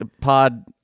pod